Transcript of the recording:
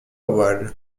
voile